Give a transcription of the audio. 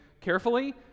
carefully